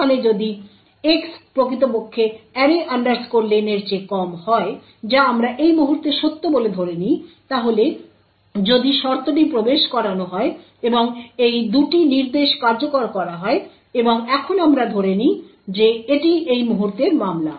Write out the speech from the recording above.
এখন যদি X প্রকৃতপক্ষে array len এর চেয়ে কম হয় যা আমরা এই মুহূর্তে সত্য বলে ধরে নিই তাহলে যদি শর্তটি প্রবেশ করানো হয় এবং এই দুটি নির্দেশ কার্যকর করা হয় এবং এখন আমরা ধরে নিই যে এটিই এই মুহূর্তের মামলা